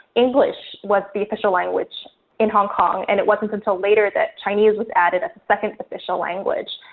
english was the official language in hong kong. and it wasn't until later that chinese was added as a second official language.